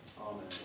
Amen